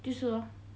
就是 lor